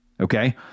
Okay